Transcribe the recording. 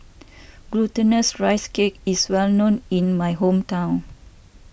Glutinous Rice Cake is well known in my hometown